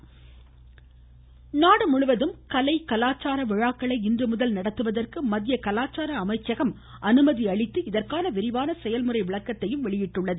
அமைச்சகம் நாடுமுழுவதும் கலை கலாச்சார விழாக்களை இன்றுமுதல் நடத்துவதற்கு மத்திய கலாச்சார அமைச்சகம் அனுமதி அளித்து இதற்கான விரிவான செயல்முறை விளக்கத்தையும் வெளியிட்டுள்ளது